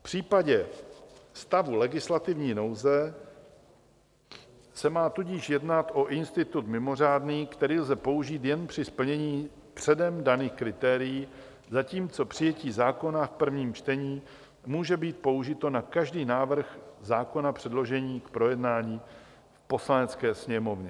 V případě stavu legislativní nouze se má tudíž jednat o institut mimořádný, který lze použít jen při splnění předem daných kritérií, zatímco přijetí zákona v prvním čtení může být použito na každý návrh zákona předložený k projednání v Poslanecké sněmovně.